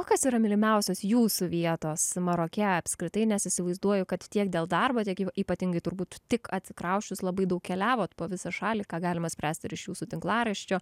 o kas yra mylimiausios jūsų vietos maroke apskritai nes įsivaizduoju kad tiek dėl darbo tiek ypatingai turbūt tik atsikrausčius labai daug keliavot po visą šalį ką galima spręst ir iš jūsų tinklaraščio